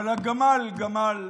אבל הגמל הוא גמל,